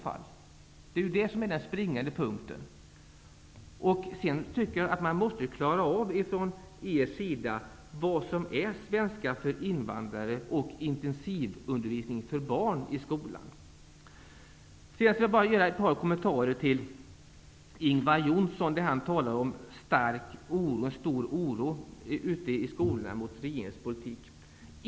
Det är den springande punkten. Ny demokrati måste klara ut skillnaden mellan undervisning i svenska för invandrare och intensivundervisning för barn i skolan. Jag vill ge några kommentarer till vad Ingvar Johnsson sade om stor oro i skolorna angående regeringens politik.